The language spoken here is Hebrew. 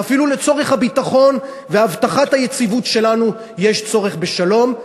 ואפילו לצורך הביטחון והבטחת היציבות שלנו יש צורך בשלום,